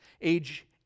age